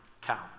count